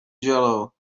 jello